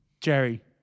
Jerry